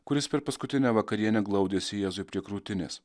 kuris per paskutinę vakarienę glaudėsi jėzui prie krūtinės